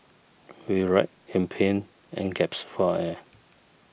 he writhed in pain and gaps for air